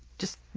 just,